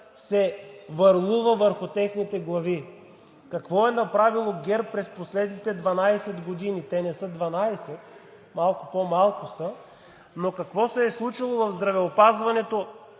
върлува върху техните глави. Какво е направило ГЕРБ през последните 12 години? Те не са 12, а са малко по-малко, но какво се е случило в здравеопазването?